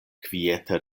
kviete